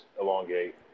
elongate